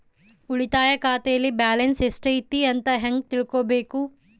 ಉಳಿತಾಯ ಖಾತೆಯಲ್ಲಿ ಬ್ಯಾಲೆನ್ಸ್ ಎಷ್ಟೈತಿ ಅಂತ ಹೆಂಗ ತಿಳ್ಕೊಬೇಕು?